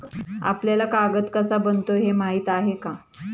आपल्याला कागद कसा बनतो हे माहीत आहे का?